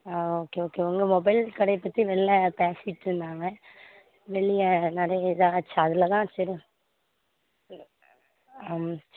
ஆ okay okay உங்கள் mobile கடையைப் பற்றி வெளியில் பேசிட்டு இருந்தாங்க வெளியில் எல்லோரையும் இதாச்சா அதில் தான் சரி ம் அம்